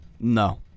No